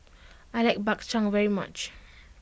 I like Bak Chang very much